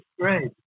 great